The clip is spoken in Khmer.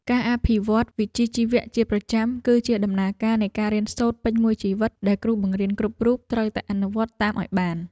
ការអភិវឌ្ឍវិជ្ជាជីវៈជាប្រចាំគឺជាដំណើរការនៃការរៀនសូត្រពេញមួយជីវិតដែលគ្រូបង្រៀនគ្រប់រូបត្រូវតែអនុវត្តតាមឱ្យបាន។